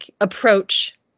approach